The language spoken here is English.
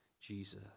Jesus